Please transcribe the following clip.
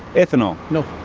ethanol? no.